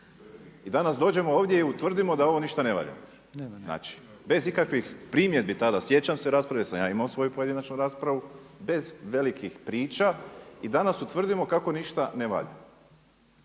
I danas dođemo ovdje i utvrdimo da ovo ništa ne valja. Znači, bez ikakvih primjedbi tada, sjećam se, raspravu sam ja imao svoju pojedinačnu, bez velikih priča, i danas utvrdimo kako ništa ne valja.